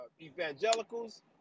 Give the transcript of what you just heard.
evangelicals